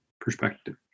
perspective